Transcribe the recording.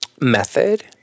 method